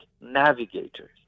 navigators